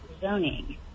zoning